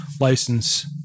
license